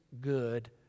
good